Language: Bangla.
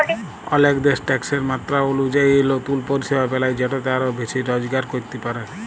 অলেক দ্যাশ ট্যাকসের মাত্রা অলুজায়ি লতুল পরিষেবা বেলায় যেটতে আরও বেশি রজগার ক্যরতে পারে